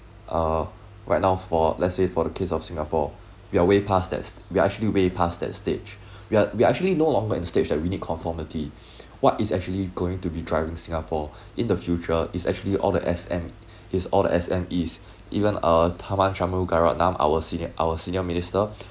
uh right now for let's say for the case of singapore we are way past that we actually way past that stage wher~ we actually no longer in the stage that we need conformity what is actually going to be driving singapore in the future is actually all the S_M is all the S_M_Es even uh tharman shanmugaratnam our senior our senior minister